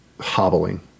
hobbling